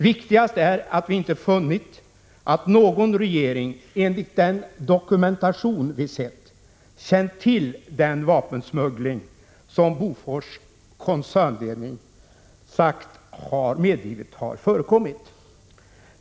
Viktigast är att vi inte funnit att någon regering, enligt den dokumentation vi sett, känt till den vapensmuggling som Bofors koncernledning medgivit har förekommit.